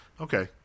Okay